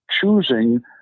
choosing